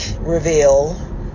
reveal